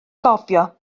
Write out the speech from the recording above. gofio